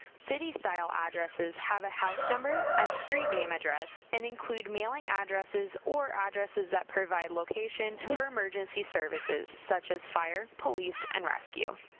city-style addresses have a house number and street name address and include mailing addresses or addresses that provide location for emergency services, such as fire, police, and rescue.